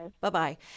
Bye-bye